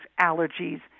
allergies